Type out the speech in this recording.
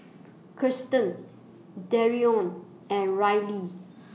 Kiersten Dereon and Ryley